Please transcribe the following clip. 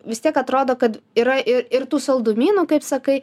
vis tiek atrodo kad yra ir tų saldumynų kaip sakai